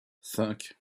cinq